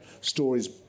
stories